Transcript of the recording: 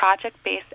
project-based